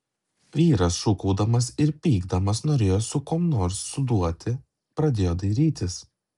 vyras šūkaudamas ir pykdamas norėjo su kuom nors suduoti pradėjo dairytis